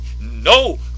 no